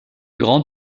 grande